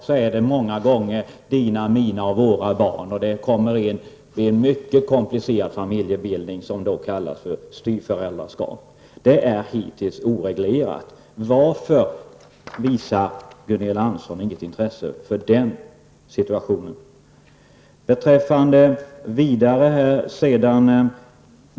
Det handlar många gånger om mina, dina resp. våra barn, och det blir ofta en mycket komplicerad familjebild som kallas för styvföräldraskap. Detta är hittills oreglerat. Varför visar Gunilla Andersson inget intresse för den saken?